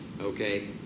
Okay